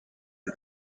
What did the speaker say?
and